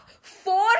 four